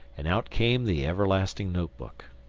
and out came the everlasting note-book.